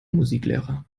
musiklehrer